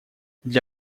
для